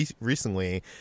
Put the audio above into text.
recently